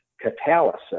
catalysis